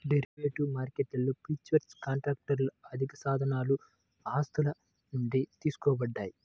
derivative మార్కెట్లో futures కాంట్రాక్ట్లు ఆర్థికసాధనాలు ఆస్తుల నుండి తీసుకోబడ్డాయి